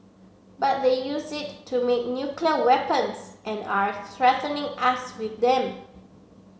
but they use it to make nuclear weapons and are threatening us with them